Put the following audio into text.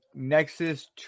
Nexus